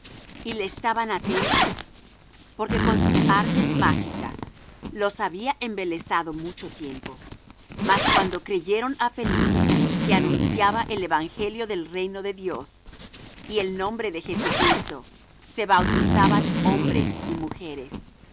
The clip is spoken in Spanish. y le estaban atentos porque con sus artes mágicas los había embelesado mucho tiempo mas cuando creyeron á felipe que anunciaba el evangelio del reino de dios y el nombre de jesucristo se bautizaban hombres y mujeres el